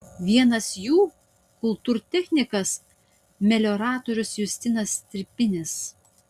vienas jų kultūrtechnikas melioratorius justinas stripinis